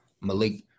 Malik